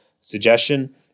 suggestion